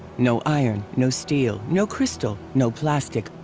no iron, no steel, no crystal, no plastic,